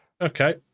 Okay